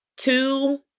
Two